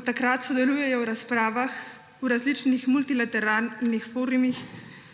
od takrat sodelujejo v razpravah, v različnih multilateralnih forumih,